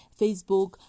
Facebook